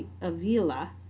Avila